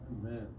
Amen